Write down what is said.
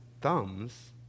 thumbs